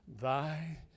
Thy